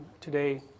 today